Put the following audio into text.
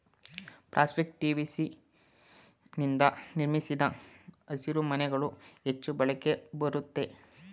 plastic TVC ನಿಂದ ನಿರ್ಮಿಸಿದ ಹಸಿರುಮನೆಗಳು ಹೆಚ್ಚು ಬಾಳಿಕೆ ಬರುತ್ವೆ